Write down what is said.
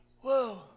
whoa